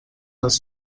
les